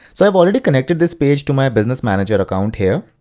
so i've already connected this page to my business manager account here.